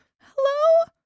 Hello